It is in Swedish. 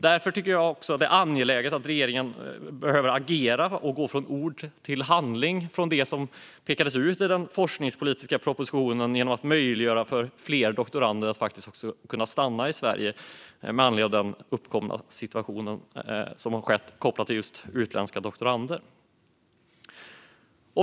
Därför tycker jag också att det är angeläget att regeringen agerar och går från ord till handling när det gäller det som pekades ut i den forskningspolitiska propositionen om att möjliggöra för fler doktorander att stanna i Sverige med anledning av den uppkomna situationen kopplad till just utländska doktorander.